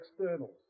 externals